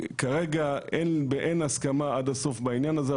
כרגע אין הסכמה עד הסוף בעניין הזה,